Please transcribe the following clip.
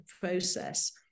process